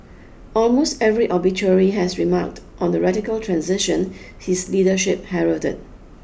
almost every obituary has remarked on the radical transition his leadership heralded